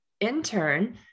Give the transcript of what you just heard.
intern